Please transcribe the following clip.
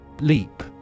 Leap